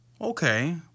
Okay